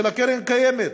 של הקרן הקיימת